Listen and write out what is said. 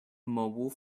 mobile